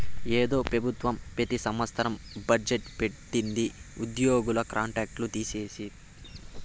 ఏందో పెబుత్వం పెతి సంవత్సరం బజ్జెట్ పెట్టిది ఉద్యోగుల కాంట్రాక్ట్ లు తీసేది